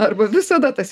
arba visada tas